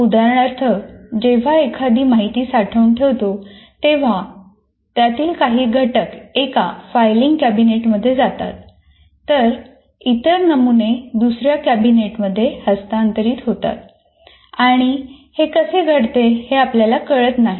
उदाहरणार्थ आपण जेव्हा एखादी माहिती साठवून ठेवतो तेव्हा त्यातील काही घटक एका फायलिंग कॅबिनेटमध्ये जातात तर इतर नमुने दुसऱ्या कॅबिनेटमध्ये हस्तांतरित होतात आणि हे कसे घडते हे आपल्याला कळत नाही